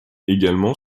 également